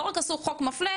לא רק עשו חוק מפלה,